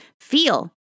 feel